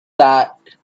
that